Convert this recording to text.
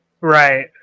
Right